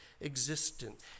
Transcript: existence